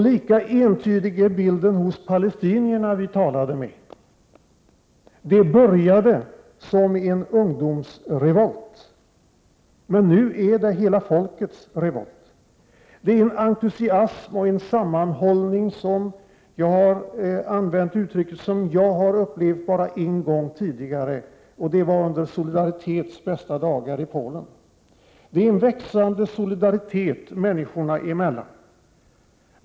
Lika entydig är bilden hos palestinierna vi talade med. Det började som en ungdomsreévolt, men nu är det hela folkets revolt. Det är en entusiasm och en sammanhållning som jag bara har upplevt en gång tidigare. Det var under Solidaritets bästa dagar i Polen. Det är en växande solidaritet människorna emellan.